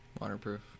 Waterproof